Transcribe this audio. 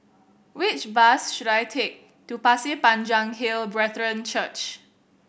which bus should I take to Pasir Panjang Hill Brethren Church